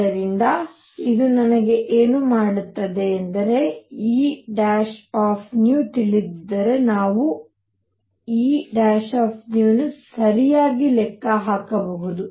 ಆದ್ದರಿಂದ ಇದು ನನಗೆ ಏನು ಮಾಡುತ್ತದೆ ಎಂದರೆ Eν ತಿಳಿದಿದ್ದರೆ ನಾವು Eν ಅನ್ನು ಸರಿಯಾಗಿ ಲೆಕ್ಕ ಹಾಕಬಹುದು